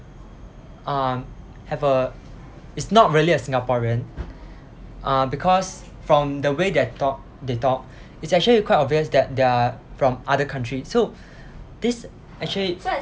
uh have a it's not really a singaporean uh because from the way they talk they talk it's actually quite obvious that they are from other countries so this actually